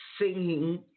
singing